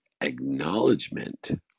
acknowledgement